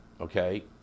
Okay